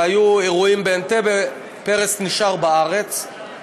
היו אירועים באנטבה, פרס נשאר בארץ,